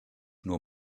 nur